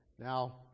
Now